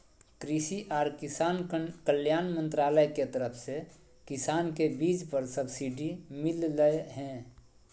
कृषि आर किसान कल्याण मंत्रालय के तरफ से किसान के बीज पर सब्सिडी मिल लय हें